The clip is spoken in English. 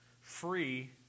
free